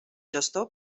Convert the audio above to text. gestor